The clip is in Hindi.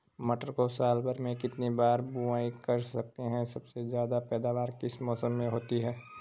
मटर को साल भर में कितनी बार बुआई कर सकते हैं सबसे ज़्यादा पैदावार किस मौसम में होती है?